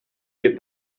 get